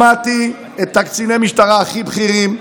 שמעתי את קציני המשטרה הכי בכירים,